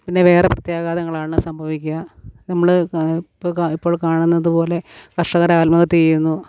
പിന്നെ വേറെ പ്രത്യാഘാതങ്ങളാണ് സംഭവിക്കുക നമ്മൾ ഇപ്പം ഇപ്പോൾ കാണുന്നതുപോലെ കർഷകർ ആൽമഹത്യ ചെയ്യുന്നു